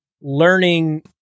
learning